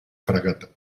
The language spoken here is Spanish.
fragata